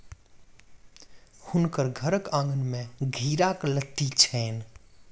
हुनकर घरक आँगन में घेराक लत्ती छैन